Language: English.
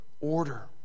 order